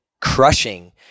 crushing